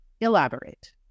elaborate